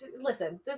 listen